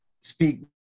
speak